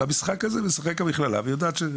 במשחק הזה משחקת המכללה ויודעת,